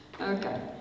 Okay